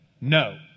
No